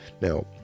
Now